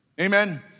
Amen